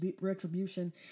retribution